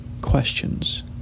questions